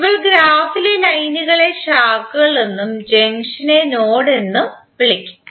ഇപ്പോൾ ഗ്രാഫിലെ ലൈനുകളേ ശാഖകൾ എന്നും ജംഗ്ഷനെ നോഡ് എന്നും വിളിക്കും